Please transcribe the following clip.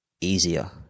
easier